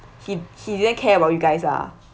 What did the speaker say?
he he didn't care about you guys lah